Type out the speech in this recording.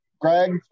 Greg